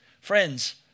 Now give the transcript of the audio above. Friends